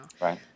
Right